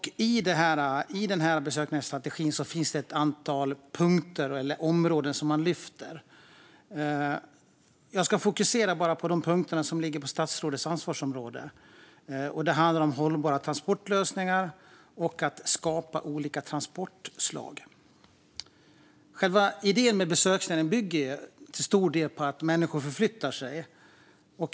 I besöksnäringsstrategin finns det ett antal punkter eller områden som man lyfter fram, och jag ska fokusera på de punkter som ligger på statsrådets ansvarsområde. Det handlar om hållbara transportlösningar och om att skapa olika transportslag. Själva idén med besöksnäringen bygger till stor del på att människor förflyttar sig.